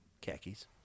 Khakis